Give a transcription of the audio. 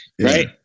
right